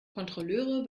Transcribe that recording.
kontrolleure